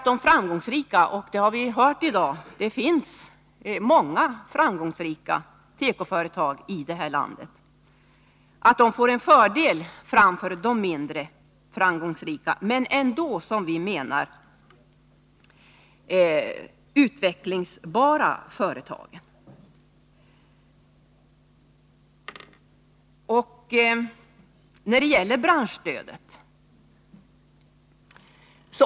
De framgångsrika tekoföretagen — och det finns många sådana, det har vi hört — får en fördel framför de mindre framgångsrika men ändå utvecklingsbara företagen.